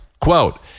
Quote